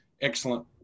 excellent